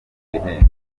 ibihembo